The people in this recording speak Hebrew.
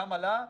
גם עלה,